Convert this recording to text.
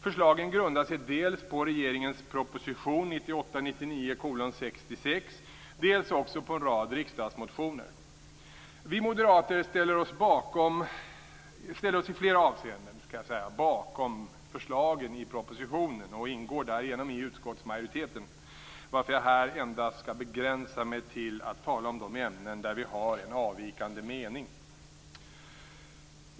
Förslagen grundar sig dels på regeringens proposition 1998/99:66, dels på en rad riksdagsmotioner. Vi moderater ställer oss i flera avseenden bakom förslagen i propositionen och ingår därigenom i utskottsmajoriteten, varför jag här skall begränsa mig till att tala om de ämnen där vi har en avvikande mening.